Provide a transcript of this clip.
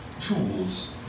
tools